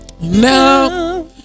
now